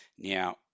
Now